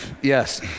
yes